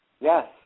Yes